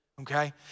okay